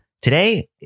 Today